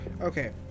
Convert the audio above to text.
Okay